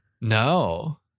No